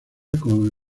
con